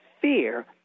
fear